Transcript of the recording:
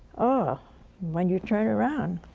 ah when you turn around,